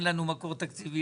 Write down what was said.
אין לנו מקור תקציבי,